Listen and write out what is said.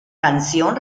canción